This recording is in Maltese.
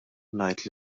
ngħid